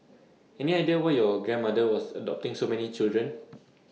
any idea why your grandmother was adopting so many children